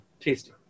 tasty